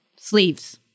sleeves